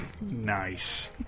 Nice